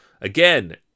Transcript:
Again